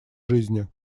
жизни